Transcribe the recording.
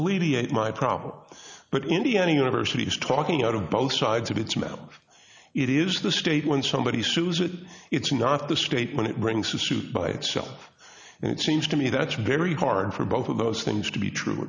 alleviate my problem but indiana university is talking out of both sides of its mail it is the state when somebody sues it's not the state when it bring suit by itself and it seems to me that's very hard for both of those things to be true